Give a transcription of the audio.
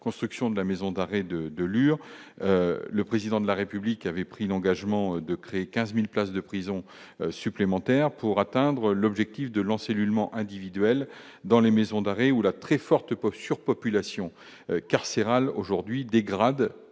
construction de la maison d'arrêt de de Lure, le président de la République avait pris l'engagement de créer 15000 places de prison supplémentaires pour atteindre l'objectif de l'encellulement individuel dans les maisons d'arrêt où la très forte peuvent surpopulation carcérale aujourd'hui dégradent